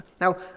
Now